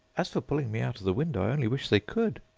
as for pulling me out of the window, i only wish they could!